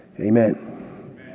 amen